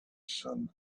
sun